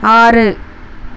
ஆறு